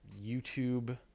YouTube